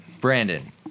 Brandon